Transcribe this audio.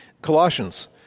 Colossians